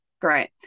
Great